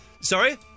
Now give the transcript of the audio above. Sorry